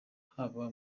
haba